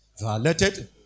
Violated